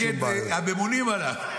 נגד הממונים עליו.